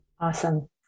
Awesome